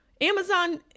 Amazon